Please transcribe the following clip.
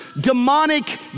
demonic